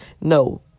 No